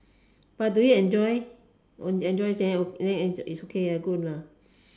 but do you enjoy enjoy enjoy thern then is okay good lah